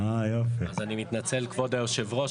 אני מתנצל כבוד היושב-ראש,